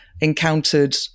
encountered